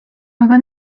aga